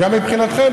וגם מבחינתכם,